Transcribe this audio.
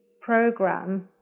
program